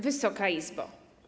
Wysoka Izbo!